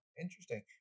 Interesting